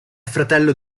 fratello